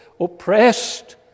oppressed